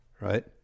right